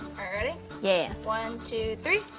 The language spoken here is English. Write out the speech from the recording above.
alright, ready? yes. one, two, three.